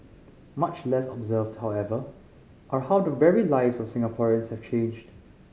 much less observed however are how the very lives of Singaporeans have changed